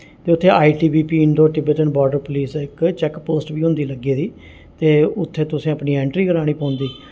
ते उत्थें I T B P Indo Tibetan border police ऐ इक चेक पोस्ट बी होंदी लग्गी दी ते उत्थें तुसें अपनी एंट्री करानी पौंदी